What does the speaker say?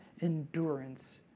endurance